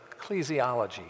ecclesiology